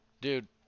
Dude